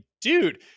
dude